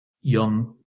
young